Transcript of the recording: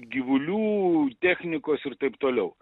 gyvulių technikos ir taip toliau